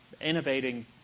innovating